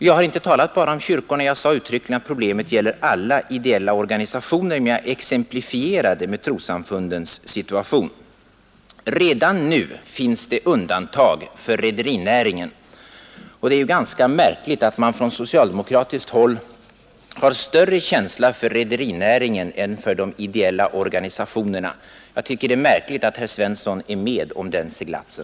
Jag har inte talat bara om kyrkorna — jag sade uttryckligen att problemet gäller alla ideella organisationer, men jag exemplifierade med trossamfundens situation. Redan nu finns det undantag för rederinäringen. Det är ganska märkligt att man från socialdemokratiskt håll har större känsla för rederinäringen än för de ideella organisationerna. Jag tycker det är märkligt att herr Svensson är med på den seglatsen!